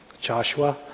Joshua